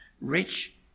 rich